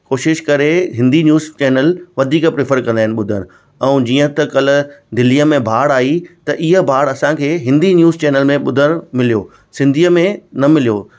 कोशिश करे Hindi news channel वधीक प्रेफर कंदा आहिनि ॿुधणु ऐं जीअं त कल दिल्लीअ में बाड़ आई त इहाअ बाड़ असांखे हिंदी न्यूस चैनल में ॿुधणु मिलियो सिंधी में न मिलियो